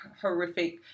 horrific